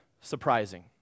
surprising